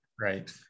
Right